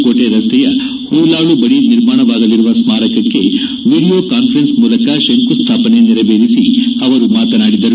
ಕೋಟೆ ರಸ್ತೆಯ ಹುಯಿಲಾಳು ಬಳಿ ನಿರ್ಮಾಣವಾಗಲಿರುವ ಸ್ಮಾರಕಕ್ಕೆ ವಿಡಿಯೋ ಕಾಸ್ಫರೆನ್ಸ್ ಮೂಲಕ ಶಂಕು ಸ್ಮಾಪನೆ ನೆರವೇರಿಸಿ ಅವರು ಮಾತನಾಡಿದರು